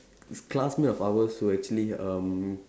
classmate of ours who actually um